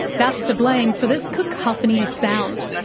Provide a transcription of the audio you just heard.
that's to blame for this cacophony of sound.